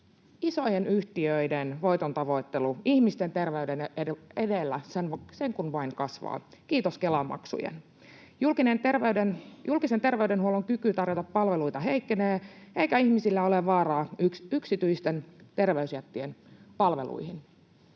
isojen yhtiöiden voitontavoittelu ihmisten terveyden edellä sen kuin vain kasvaa, kiitos Kela-maksujen. Julkisen terveydenhuollon kyky tarjota palveluita heikkenee, eikä ihmisillä ole varaa yksityisten terveysjättien palveluihin.